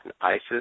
Isis